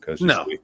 No